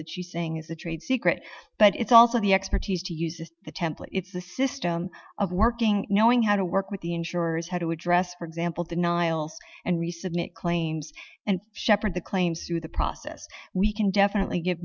she's saying is a trade secret but it's also the expertise to use as a template it's a system of working knowing how to work with the insurers how to address for example denials and resubmit claims and shepherd the claims through the process we can definitely get